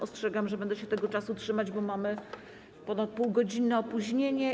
Ostrzegam, że będę się tego czasu trzymać, bo mamy ponadpółgodzinne opóźnienie.